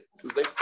Tuesday